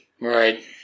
right